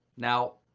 now,